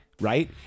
right